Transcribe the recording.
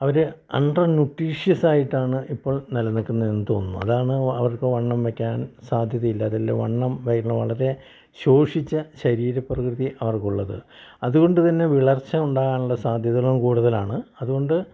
അവർ under ന്യുട്രീഷ്യസായിട്ടാണ് ഇപ്പോൾ നിലനിൽക്കുന്നതെന്ന് തോന്നുന്നു അതാണ് അവർക്ക് വണ്ണം വെക്കാൻ സാധ്യതയില്ല അതല്ലെ വണ്ണം വേയ്ണു വളരെ ശോഷിച്ച ശരീരപ്രകൃതി അവർക്കുള്ളത് അതുകൊണ്ട് തന്നെ വിളർച്ച ഉണ്ടാകാനുള്ള സാധ്യതകളും കൂടുതലാണ് അതുകൊണ്ട്